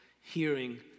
hearing